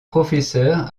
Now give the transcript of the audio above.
professeur